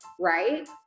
right